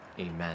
Amen